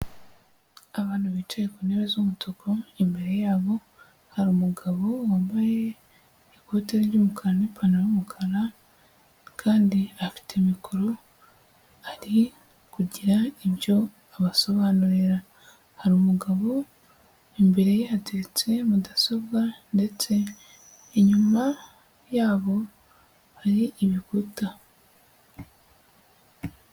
Abantu bicaye ku ntebe z'umutuku, imbere yabo hari umugabo wambaye ikote ry'umukara n'ipantaro' yumukara kandi afite mikoro, ari kugira ibyo abasobanurira. Hari umugabo imbere ye hateretse mudasobwa ndetse inyuma yabo hari ibikuta.